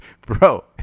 bro